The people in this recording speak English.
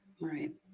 Right